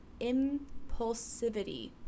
impulsivity